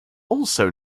also